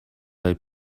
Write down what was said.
bei